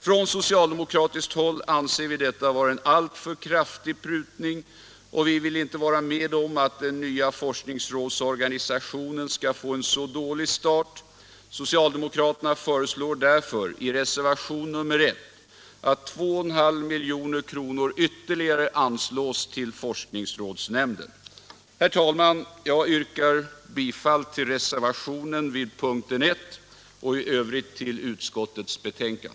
Från socialdemokratiskt håll anser vi att detta är en alltför kraftig prutning och vill inte vara med om att den nya forskningsrådsorganisationen skall få en så dålig start. Socialdemokraterna föreslår därför i reservationen vid punkten 1 att ytterligare 2,5 milj.kr. anslås till forskningsrådsnämnden. Herr talman! Jag yrkar bifall till reservationen vid punkten 1 och i övrigt bifall till utskottets hemställan.